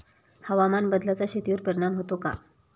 हवामान बदलाचा शेतीवर परिणाम होतो का?